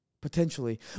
Potentially